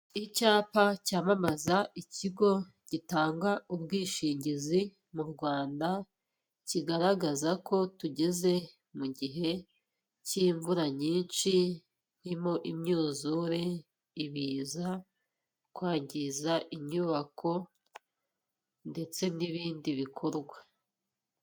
Icyapa cyamamaza ikigo gitanga ubwishingizi mu Rwanda kigaragaza ko tugeze mu gihe cy'imvura nyinshi irimo imyuzure, ibiza, kwangiza inyubako ndetse n'ibindi bikorwa.